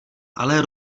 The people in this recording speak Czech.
ale